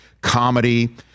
comedy